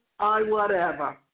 iWhatever